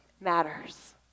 matters